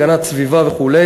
הגנת סביבה וכו'.